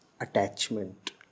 attachment